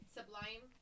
Sublime